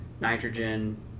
nitrogen